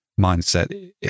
mindset